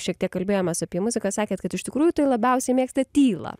šiek tiek kalbėjomės apie muziką sakėt kad iš tikrųjų tai labiausiai mėgstat tylą